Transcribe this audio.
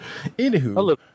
Anywho